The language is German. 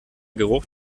geruch